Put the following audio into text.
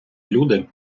люди